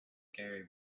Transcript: gary